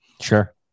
Sure